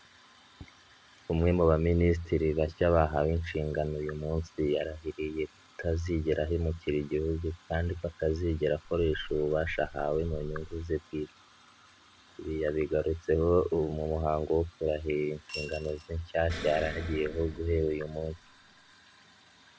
Umwe mu ba minisitiri bashya bahawe inshingano uyu munsi yarahiriye kutazigera ahemukira igihugu kandi ko atazigera akoresha ububasha ahawe mu nyungu ze bwite, ibi yabigarutseho mu muhango wo kurahira inshingano ze nshyashya yaraye agiyeho guhera uyu munsi.